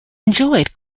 enjoyed